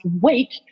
week